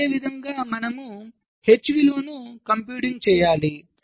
అదేవిధంగామనము H విలువను compute చేయాలి